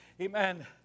Amen